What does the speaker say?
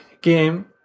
game